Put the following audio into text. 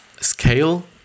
Scale